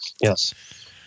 Yes